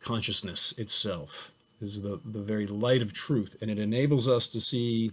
consciousness itself is the the very light of truth. and it enables us to see